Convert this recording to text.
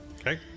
Okay